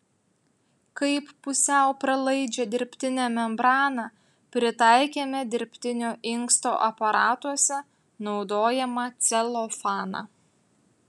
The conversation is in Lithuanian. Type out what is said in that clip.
kaip pusiau pralaidžią dirbtinę membraną pritaikėme dirbtinio inksto aparatuose naudojamą celofaną